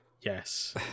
Yes